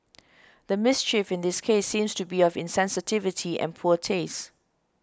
the mischief in this case seems to be of insensitivity and poor taste